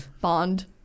Bond